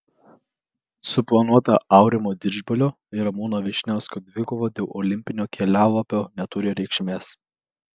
suplanuota aurimo didžbalio ir ramūno vyšniausko dvikova dėl olimpinio kelialapio neturi reikšmės